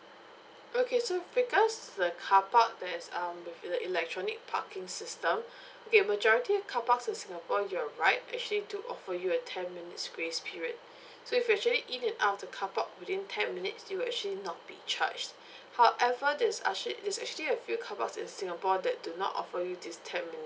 okay so with regards to the car park that's um with elec~ elec~ electronic parking system okay majority of car park in singapore you're right actually do offer you a ten minutes grace period so if you're actually in and out of the car park within ten minutes you'll actually not be charged however there's actu~ there's actually a few car parks in the singapore that do not offer you this ten